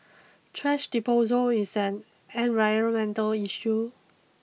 trash disposal is an environmental issue